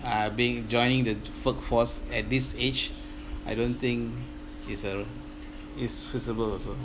uh being joining the workforce at this age I don't think is a is feasible also